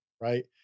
right